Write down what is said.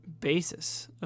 basis